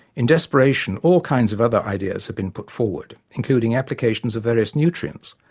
in desperation, all kinds of other ideas have been put forward, including applications of various nutrients,